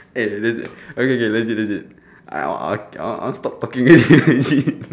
eh le~ okay okay legit legit I want I want I want stop talking already